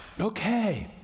okay